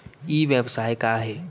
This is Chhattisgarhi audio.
ई व्यवसाय का हे?